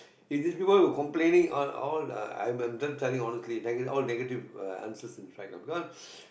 it is people complaining on all the I'm I'm telling honestly they are all negative answer in fact lah because